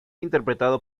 interpretado